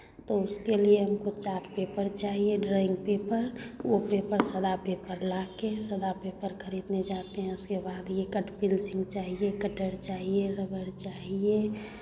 तो उसके लिए हमको चार्ट पेपर चाहिए ड्रॉइंग पेपर वो पेपर सारा पेपर लाके सादा पेपर खरीदने जाते हैं उसके बाद ये कट पेंसिल चाहिए कटर चाहिए रबड़ चाहिए